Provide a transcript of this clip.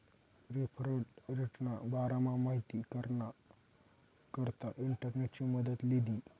referral रेटना बारामा माहिती कराना करता इंटरनेटनी मदत लीधी